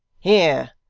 here!